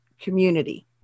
community